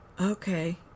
Okay